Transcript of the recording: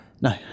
No